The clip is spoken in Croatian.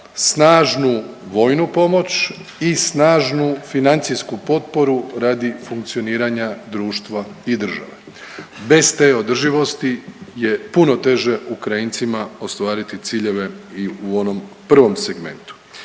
snažnu vojnu pomoć i snažnu financijsku potporu radi funkcioniranja društva i države. Bez te održivosti je puno teže Ukrajincima ostvariti ciljeve i u onom prvom segmentu.